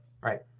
Right